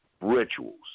rituals